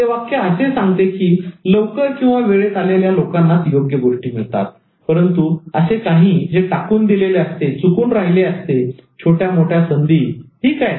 " हे वाक्य असे सांगते की लवकर किंवा वेळेत आलेल्या लोकांनाच योग्य गोष्टी मिळतात परंतु असे काही जे टाकून दिलेले असते चुकून राहिले असते छोट्या मोठ्या संधी ठीक आहे